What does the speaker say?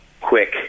quick